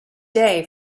day